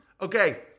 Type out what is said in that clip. Okay